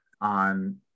on